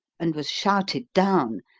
and was shouted down,